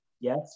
yes